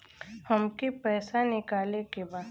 हमके पैसा निकाले के बा